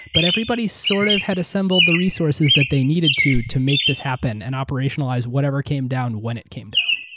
but everybody sort of had assembled the resources that they needed to, to make this happen and operationalize whatever came down when it came down.